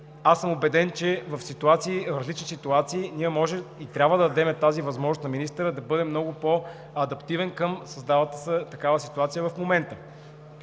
съм, че в различни ситуации ние може и трябва да дадем тази възможност на министъра да бъде много по-адаптивен към създалата се ситуация в момента.